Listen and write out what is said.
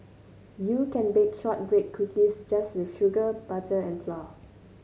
you can bake shortbread cookies just with sugar butter and flour